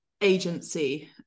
agency